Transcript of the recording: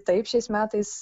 taip šiais metais